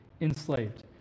enslaved